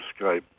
Skype